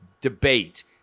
debate